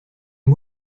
une